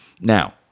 Now